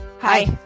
Hi